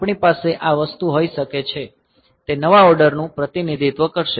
આપણી પાસે આ વસ્તુ હોઈ શકે છે તે નવા ઓર્ડર નું પ્રતિનિધિત્વ કરશે